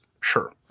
Sure